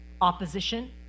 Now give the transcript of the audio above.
opposition